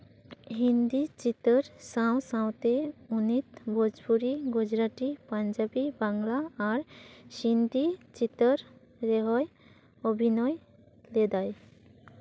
ᱦᱤᱱᱫᱤ ᱪᱤᱛᱟᱹᱨ ᱥᱟᱶ ᱥᱟᱶᱛᱮ ᱩᱱᱤ ᱵᱷᱳᱡᱽᱯᱩᱨᱤ ᱜᱩᱡᱽᱨᱟᱴᱤ ᱯᱟᱧᱡᱟᱵᱤ ᱵᱟᱝᱞᱟ ᱟᱨ ᱦᱤᱱᱫᱤ ᱪᱤᱛᱟᱹᱨ ᱨᱮᱦᱚᱭ ᱚᱵᱷᱤᱱᱚᱭ ᱞᱮᱫᱟᱭ